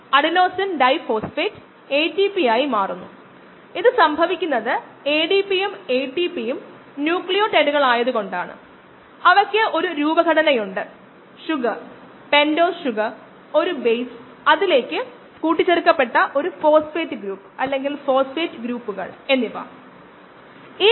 മറ്റൊരു വിധത്തിൽ പറഞ്ഞാൽ ഈ രേഖീയ പ്രദേശത്ത് മാത്രം അളക്കേണ്ടതുണ്ട് അത് ഉയർന്ന OD മേഖലയിലാണെങ്കിൽ ഈ ശ്രേണിയിൽ OD റീഡിങ് ലഭിക്കുന്നതിന് നമ്മൾ സാമ്പിൾ നേർപ്പിക്കുകയും തുടർന്ന് അളന്ന OD യുമായി പൊരുത്തപ്പെടുന്ന ഡ്രൈ സെൽ നേടുകയും യഥാർത്ഥ OD ലഭിക്കുന്നതിന് ഡില്യൂഷൻ ഫാക്ടർ കൊണ്ട് ഗുണിക്കുകയും വേണം